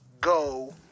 go